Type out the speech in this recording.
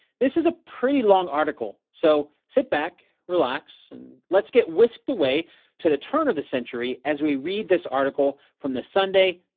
this is a pretty long article, so sit back, relax, and let's get whisked away to the turn of the century as we read this article from the sunday,